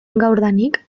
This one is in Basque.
gaurdanik